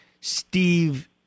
Steve